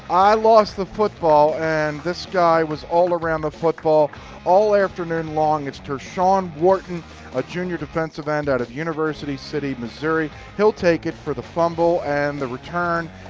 lost the football, and this guy was all around the football all afternoon long. it's tershawn wharton a junior defensive end out of university city, missouri. he'll take it for the fumble and the return.